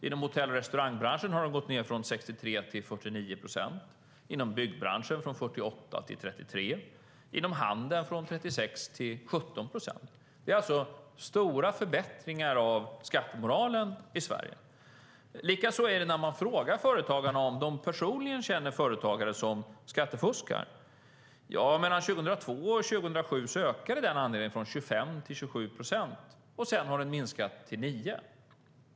Inom hotell och restaurangbranschen har andelen gått ned från 63 till 49 procent, inom byggbranschen från 48 till 33 procent och inom handeln från 36 till 17 procent. Det är alltså stora förbättringar av skattemoralen i Sverige. Man kan se en liknande utveckling när man frågar företagare om de personligen känner företagare som skattefuskar. Mellan 2002 och 2007 ökade den andelen från 25 till 27 procent. Sedan har den minskat till 9.